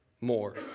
more